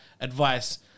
advice